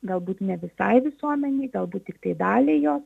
galbūt ne visai visuomenei galbūt tiktai daliai jos